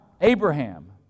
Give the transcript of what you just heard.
Abraham